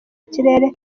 ikirere